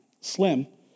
slim